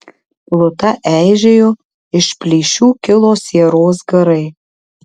pluta eižėjo iš plyšių kilo sieros garai